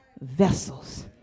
vessels